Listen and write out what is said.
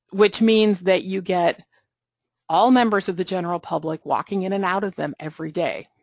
which means that you get all members of the general public walking in and out of them every day,